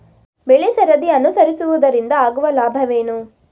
ಬೆಳೆಸರದಿ ಅನುಸರಿಸುವುದರಿಂದ ಆಗುವ ಲಾಭವೇನು?